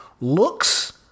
looks